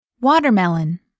Watermelon